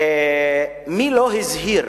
מי לא הזהיר